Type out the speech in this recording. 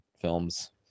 films